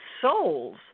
souls